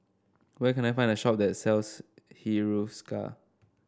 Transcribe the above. where can I find a shop that sells Hiruscar